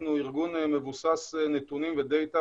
אנחנו ארגון מבוסס נתונים ודאטה